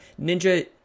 Ninja